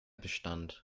bestand